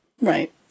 Right